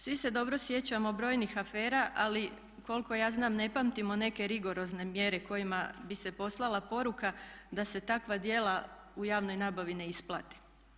Svi se dobro sjećamo brojnih afera, ali koliko ja znam, ne pamtimo neke rigorozne mjere kojima bi se poslala poruka da se takva djela u javnoj nabavi ne isplate.